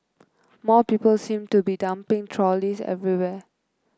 more people seem to be dumping trolleys everywhere